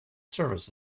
service